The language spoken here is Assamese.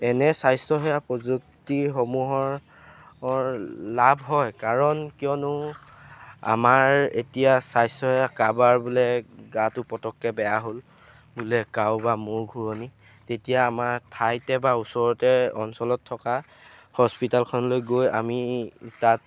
এনে স্বাস্থ্যসেৱা প্ৰযুক্তিসমূহৰ অৰ লাভ হয় কাৰণ কিয়নো আমাৰ এতিয়া স্বাস্থ্যয়ে কাবাৰ বোলে গাটো পটককৈ বেয়া হ'ল বোলে কাৰোবাৰ মূৰ ঘূৰণি তেতিয়া আমাৰ ঠাইতে বা ওচৰতে অঞ্চলত থকা হস্পিটালখনলৈ গৈ আমি তাত